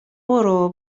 برو